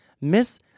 Miss